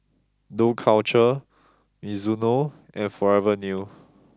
Dough Culture Mizuno and Forever New